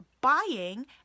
buying